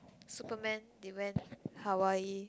superman they went Hawaii